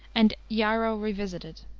and yarrow revisited.